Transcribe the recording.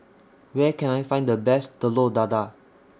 Where Can I Find The Best Telur Dadah